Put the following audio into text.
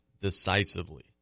decisively